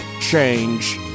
Change